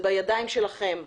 זה בידיים שלכם.